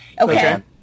Okay